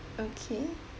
okay